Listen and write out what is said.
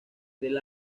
del